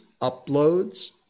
uploads